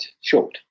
short